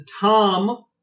Tom